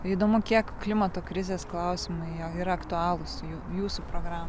įdomu kiek klimato krizės klausimai yra aktualūs jūsų programai